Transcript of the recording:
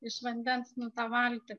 iš vandens nu tą valtį